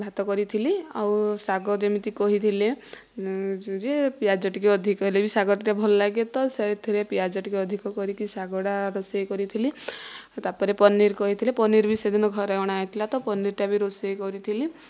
ଭାତ କରିଥିଲି ଆଉ ଶାଗ ଯେମିତି କହିଥିଲେ ଯେ ପିଆଜ ଟିକେ ଅଧିକ ହେଲେ ବି ଶାଗଟା ଟିକେ ଭଲ ଲାଗେ ତ ସେଥିରେ ପିଆଜ ଟିକେ ଅଧିକ କରିକି ଶାଗଟା ରୋଷେଇ କରିଥିଲି ଆଉ ତା'ପରେ ପନିର କହିଥିଲେ ପନିର ବି ସେଦିନ ଘରେ ଅଣା ହୋଇଥିଲା ତ ପନିରଟା ବି ରୋଷେଇ କରିଥିଲି